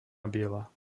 biela